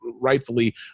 rightfully